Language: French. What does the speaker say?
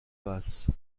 basse